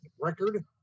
record